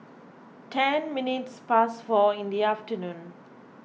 ten minutes past four in the afternoon